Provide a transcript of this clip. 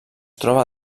troba